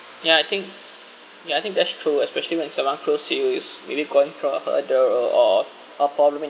ya I think ya I think that's true especially when someone close to you is maybe going through a hurdle uh or or problem